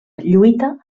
lluita